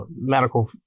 medical